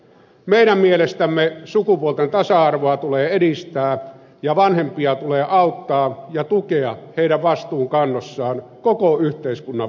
meidän mielestämme sukupuolten tasa arvoa tulee edistää ja vanhempia tulee auttaa ja tukea heidän vastuunkannossaan koko yhteiskunnan voimin